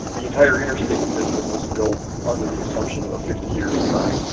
the entire interstate system was built under the assumption of a fifty year design.